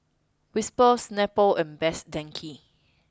Whisper Snapple and Best Denki